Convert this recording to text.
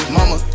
Mama